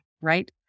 Right